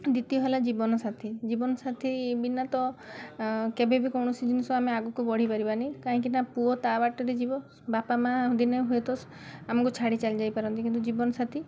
ଦ୍ୱିତୀୟ ହେଲା ଜୀବନସାଥୀ ଜୀବନସାଥୀ ବିନା ତ ତ କେବେ ବି କୌଣସି ଜିନିଷ ଆମେ ଆଗକୁ ବଢ଼ିପାରିବାନି କାହିଁକିନା ପୁଅ ତା'ବାଟରେ ଯିବ ବାପା ମା' ଦିନେ ହୁଏ ତ ଆମକୁ ଛାଡ଼ି ଚାଲିଯାଇପାରନ୍ତି କିନ୍ତୁ ଜୀବନସାଥୀ